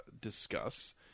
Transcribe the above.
discuss